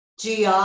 GI